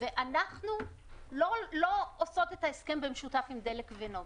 ואנחנו לא עושות את ההסכם במשותף עם דלק ונובל.